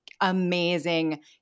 amazing